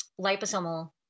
liposomal